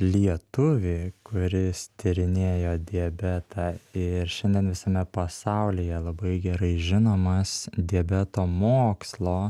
lietuvį kuris tyrinėjo diabetą ir šiandien visame pasaulyje labai gerai žinomas diabeto mokslo